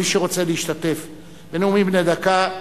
מי שרוצה להשתתף בנאומים בני דקה,